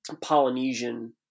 Polynesian